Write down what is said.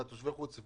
על תושבי חוץ,